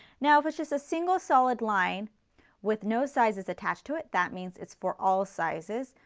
now, for just a single solid line with no sizes attached to it that means it's for all sizes.